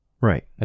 Right